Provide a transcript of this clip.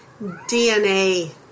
DNA